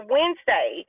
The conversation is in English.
Wednesday